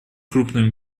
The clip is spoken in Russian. крупными